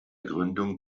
gründung